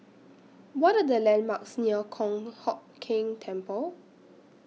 What Are The landmarks near Kong Hock Keng Temple